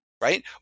right